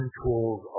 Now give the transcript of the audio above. tools